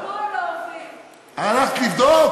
הלכת לבדוק?